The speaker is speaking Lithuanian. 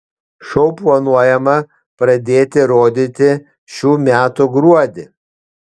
šou planuojama pradėti rodyti šių metų gruodį